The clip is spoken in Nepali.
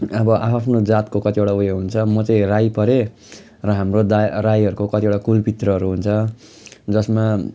अब आआफ्नो जातको कतिवटा उयो हुन्छ म चाहिँ राई परेँ र हाम्रो दा राईहरूको कतिवटा कुलपित्रहरू हुन्छ जसमा